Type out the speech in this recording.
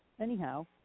Anyhow